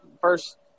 first